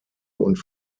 und